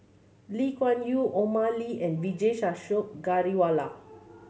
Lee Kuan Yew Omar Ali and Vijesh Ashok Ghariwala